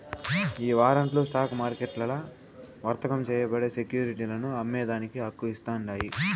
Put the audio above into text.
ఈ వారంట్లు స్టాక్ మార్కెట్లల్ల వర్తకం చేయబడే సెక్యురిటీలను అమ్మేదానికి హక్కు ఇస్తాండాయి